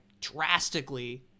drastically